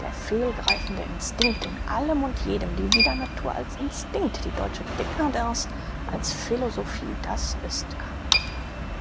der fehlgreifende instinkt in allem und jedem die widernatur als instinkt die deutsche dcadence als philosophie das ist kant